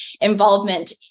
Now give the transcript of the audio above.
involvement